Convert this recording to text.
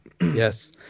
Yes